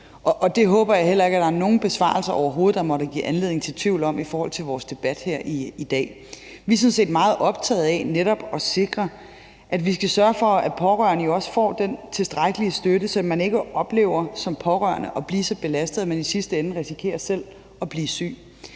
entydigt ja. Det håber jeg heller ikke at der er nogen besvarelser der måtte give anledning til tvivl om, altså i forhold til vores debat her i dag. Vi er sådan set meget optaget af netop at sørge for, at pårørende også får den tilstrækkelige støtte, så man som pårørende ikke oplever at blive så belastet, at man i sidste ende risikerer selv at blive syg.